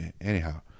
anyhow